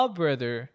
brother